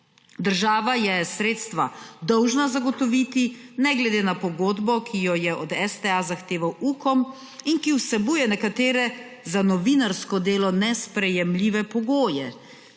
Država je sredstva dolžna zagotoviti ne glede na pogodbo, ki jo je od STA zahteval Ukom, in ki vsebuje nekatere za novinarsko delo nesprejemljive pogoje.